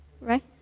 Right